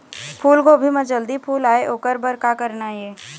फूलगोभी म जल्दी फूल आय ओकर बर का करना ये?